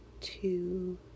two